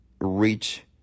reach